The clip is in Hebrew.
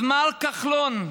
אז מר כחלון,